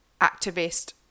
activist